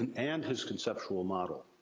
and and his conceptual model.